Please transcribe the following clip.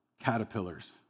caterpillars